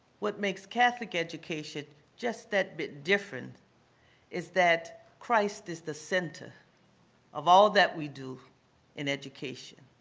what makes catholic education just that bit different is that christ is the center of all that we do in education.